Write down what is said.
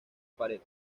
pared